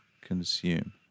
consume